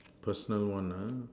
personal one uh